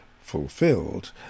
fulfilled